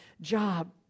job